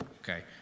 okay